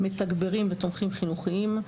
מתגברים ותומכים חינוכיים,